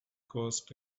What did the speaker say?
caused